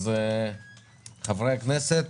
אז חברי הכנסת.